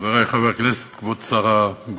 חברי חברי הכנסת, כבוד שר הבריאות,